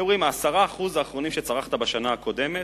היו אומרים: ה-10% האחרונים שצרכת בשנה הקודמת,